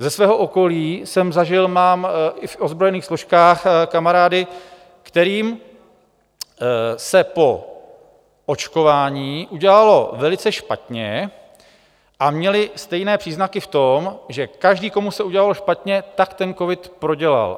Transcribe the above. Ze svého okolí jsem zažil, mám i v ozbrojených složkách kamarády, kterým se po očkování udělalo velice špatně a měli stejné příznaky v tom, že každý, komu se udělalo špatně, tak ten covid prodělal.